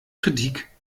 kritik